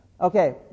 Okay